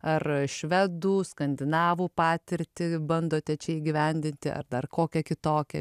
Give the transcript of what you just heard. ar švedų skandinavų patirtį bandote čia įgyvendinti ar dar kokią kitokią